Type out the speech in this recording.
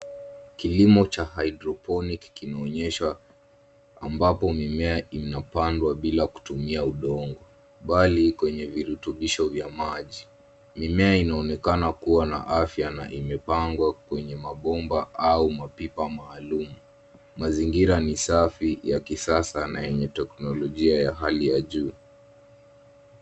Kilimo cha hydroponic kimeonyeshwa ambapo mimea inapandwa bila kutumia udongo bali kwenye virutubisho vya maji. Mimea inaonekana kuwa na afya na imepangwa kwenye mabomba au mapipa maalum. Mazingira ni safi, ya kisasa na yenye teknolojia ya hali ya juu.